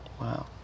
Wow